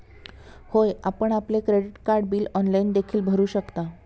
होय, आपण आपले क्रेडिट कार्ड बिल ऑनलाइन देखील भरू शकता